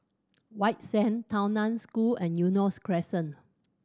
White Sand Tao Nan School and Eunos Crescent